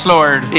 Lord